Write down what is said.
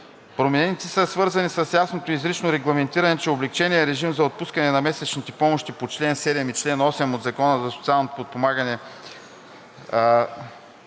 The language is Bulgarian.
Промените са свързани с ясното и изрично регламентиране, че облекченият режим за отпускане на месечните помощи по чл. 7 и чл. 8 от Закона за семейните помощи